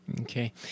Okay